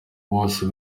wose